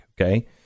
Okay